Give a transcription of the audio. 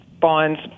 Bonds